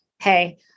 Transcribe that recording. Hey